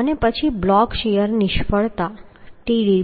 અને પછી block shear નિષ્ફળતા Tdb